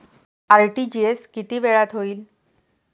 RTGS किती वेळात होईल?